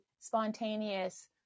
spontaneous